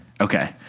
Okay